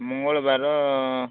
ମଙ୍ଗଳବାର